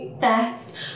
best